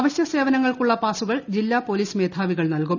അവശ്യ സേവനങ്ങൾക്കുള്ള പാസ്സുകൾ ജില്ലാ പോലീസ് മേധാവികൾ നൽകും